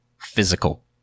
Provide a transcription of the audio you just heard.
physical